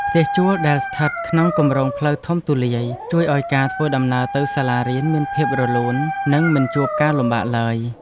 ផ្ទះជួលដែលស្ថិតក្នុងគំរោងផ្លូវធំទូលាយជួយឱ្យការធ្វើដំណើរទៅសាលារៀនមានភាពរលូននិងមិនជួបការលំបាកឡើយ។